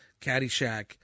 Caddyshack